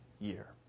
year